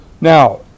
Now